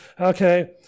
Okay